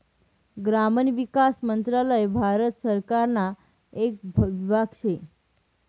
ग्रामीण विकास मंत्रालय भारत सरकारना येक विभाग शे